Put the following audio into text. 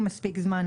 מספיק זמן